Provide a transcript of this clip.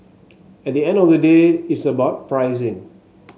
at the end of the day it's about pricing